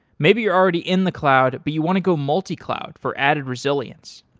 maybe you're already in the cloud, but you want to go multi-cloud for added resilience.